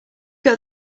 got